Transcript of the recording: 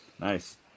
Nice